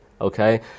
okay